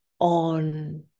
on